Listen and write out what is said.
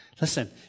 Listen